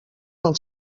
del